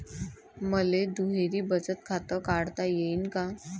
मले दुहेरी बचत खातं काढता येईन का?